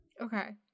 Okay